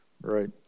Right